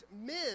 men